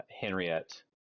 Henriette